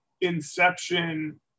inception